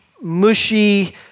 mushy